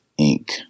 Inc